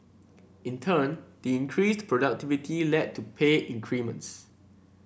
in turn the increased productivity led to pay increments